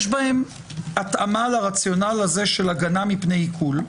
בהן התאמה לרציונל הזה של הגנה מפני עיקול,